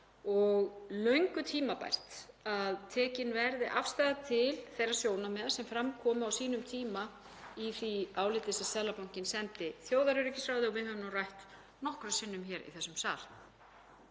er löngu tímabært að tekin verði afstaða til þeirra sjónarmiða sem fram komu á sínum tíma í því áliti sem Seðlabankinn sendi þjóðaröryggisráði og við höfum rætt nokkrum sinnum í þessum sal.